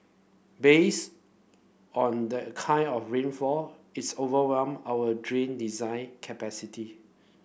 based on that kind of rainfall it's overwhelmed our drain design capacity